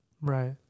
Right